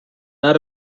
sobre